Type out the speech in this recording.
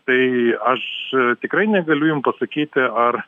tai aš tikrai negaliu jum pasakyti ar